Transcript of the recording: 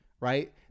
right